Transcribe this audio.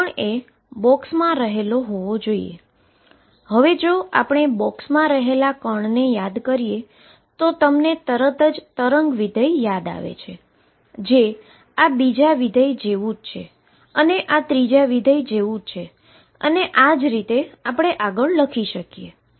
જેમા પાર્ટીકલ એ બોક્સમાં રહેલો છે હવે જો આપણે બોક્સમાં રહેલા પાર્ટીકલને યાદ કરીએ તો તમને તરત જ વેવ ફંક્શન યાદ આવે છે જે આ બીજા વિધેય જેવુ છે અને ત્રીજા વિધેય જેવું જ છે અને આ રીતે આગળ આપણે લખી શકીએ છીએ